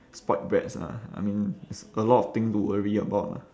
spoilt brats lah I mean it's a lot of things to worry about lah